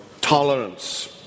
tolerance